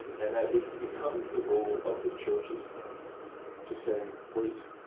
and that it becomes the role of the churches then to say, wait,